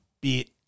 bit